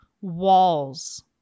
walls